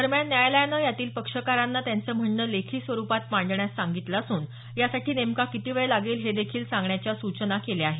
दरम्यान न्यायालयाने यातील पक्षकारांना त्यांचं म्हणणं लेखी स्वरुपात मांडण्यास सांगितलं असून यासाठी नेमका किती वेळ लागेल हे देखील सांगण्याच्या सूचना केल्या आहेत